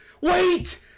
wait